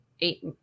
eight